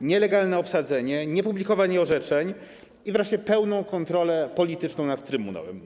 nielegalne obsadzenie trybunału, niepublikowanie jego orzeczeń i wreszcie pełną kontrolę polityczną nad trybunałem.